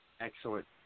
Excellent